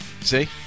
See